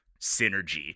synergy